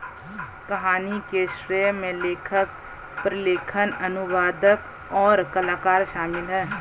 कहानी के श्रेय में लेखक, प्रलेखन, अनुवादक, और कलाकार शामिल हैं